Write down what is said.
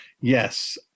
yes